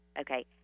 okay